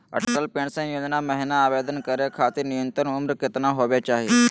Atal pension योजना महिना आवेदन करै खातिर न्युनतम उम्र केतना होवे चाही?